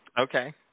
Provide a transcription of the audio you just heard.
Okay